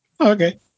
okay